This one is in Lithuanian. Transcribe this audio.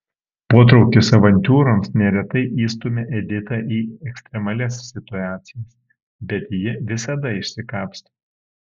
potraukis avantiūroms neretai įstumia editą į ekstremalias situacijas bet ji visada išsikapsto